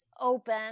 open